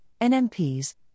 NMPs